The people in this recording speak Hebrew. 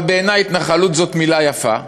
אבל בעיני, התנחלות זאת מילה יפה,